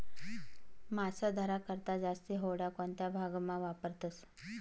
मासा धरा करता जास्ती होड्या कोणता भागमा वापरतस